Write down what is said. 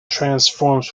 transforms